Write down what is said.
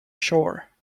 shore